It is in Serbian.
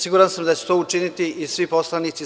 Siguran sam da će to učiniti i svi poslanici SNS.